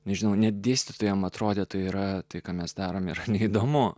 nežinau net dėstytojams atrodė tai yra tai ką mes darome ir neįdomu